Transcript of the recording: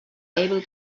able